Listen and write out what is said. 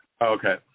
Okay